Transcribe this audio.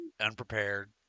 unprepared